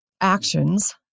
actions